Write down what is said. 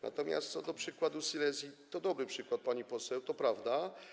Natomiast co do przykładu Silesii, to jest to dobry przykład, pani poseł, to prawda.